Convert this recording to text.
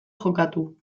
jokatu